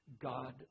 God